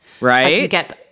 Right